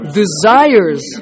desires